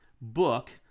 book